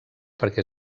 perquè